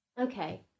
Okay